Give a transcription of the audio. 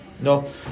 No